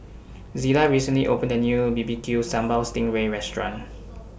Zillah recently opened A New B B Q Sambal Sting Ray Restaurant